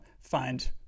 find